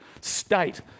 state